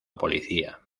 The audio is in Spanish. policía